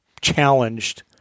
challenged